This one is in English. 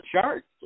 charts